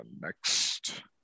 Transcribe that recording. next